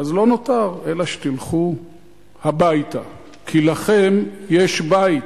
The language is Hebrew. אז לא נותר אלא שתלכו הביתה, כי לכם יש בית.